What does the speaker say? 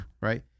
right